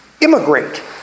immigrate